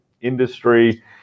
industry